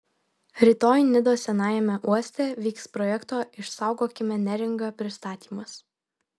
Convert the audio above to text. rytoj nidos senajame uoste vyks projekto išsaugokime neringą pristatymas